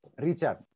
Richard